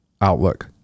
Outlook